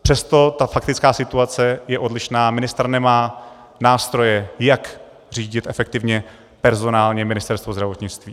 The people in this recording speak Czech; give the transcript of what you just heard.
Přesto ta faktická situace je odlišná a ministr nemá nástroje, jak řídit efektivně personálně Ministerstvo zdravotnictví.